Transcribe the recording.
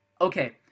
Okay